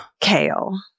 Kale